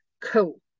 cool